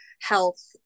health